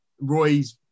Roy's